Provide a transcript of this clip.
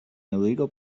illegal